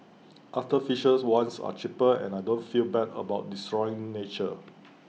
artificial ones are cheaper and I don't feel bad about destroying nature